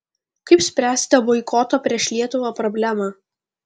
kaip spręsite boikoto prieš lietuvą problemą